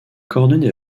coordonnées